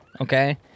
okay